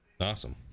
Awesome